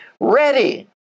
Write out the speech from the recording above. ready